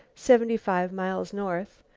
seventy-five miles north,